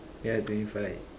yeah twenty five